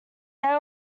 they